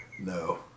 no